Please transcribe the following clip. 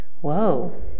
Whoa